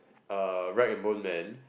uh rag and bone man